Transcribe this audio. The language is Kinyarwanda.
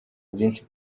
byinshi